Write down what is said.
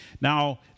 Now